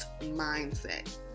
Mindset